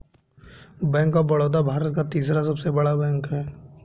bank of Baroda Bharat का तीसरा सबसे बड़ा बैंक हैं